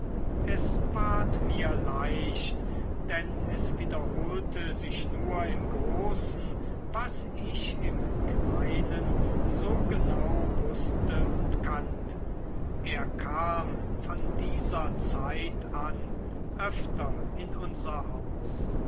es ward mir leicht denn es wiederholte sich nur im großen was ich im kleinen so genau wußte und kannte er kam von dieser zeit an öfter in unser haus